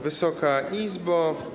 Wysoka Izbo!